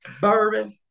bourbon